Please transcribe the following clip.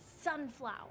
sunflower